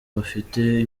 bafite